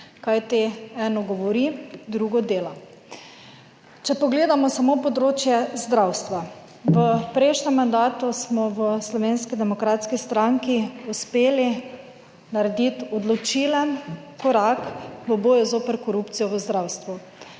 kajti eno govori, drugo dela. Če pogledamo samo področje zdravstva. V prejšnjem mandatu smo v Slovenski demokratski stranki uspeli narediti odločilen korak v boju zoper korupcijo v zdravstvu.